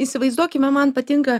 įsivaizduokime man patinka